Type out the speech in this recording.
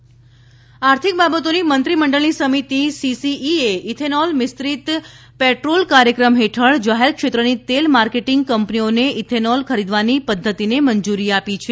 cabinet આર્થિક બાબતોની મંત્રીમંડળની સમિતિ સીસીઇએ ઇથેનોલ મિશ્રિત પેટ્રોલ કાર્યક્રમ હેઠળ જાહેર ક્ષેત્રની તેલ માર્કેટીંગ કંપનીઓને ઇથેનોલ ખરીદવાની પધ્ધતિને મંજૂરી આપી છે